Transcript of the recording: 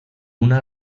una